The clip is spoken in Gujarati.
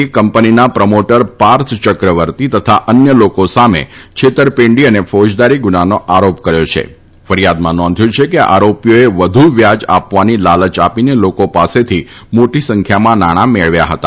એ કં નીના પ્રમોટર ાર્થ ચક્રવર્તી તથા અન્ય લોકો સામાજિલર ીંડી અનાફોજદારી ગુનાનો આરો કર્યો છ ફરિયાદમાં નોંધ્યું છાકે આરો ીઓએ વધુ વ્યાજ આ વાની લાલય આ ીનાલોકો ાસશ્રી મોટી સંખ્યામાં નાણા મળવ્યા હતા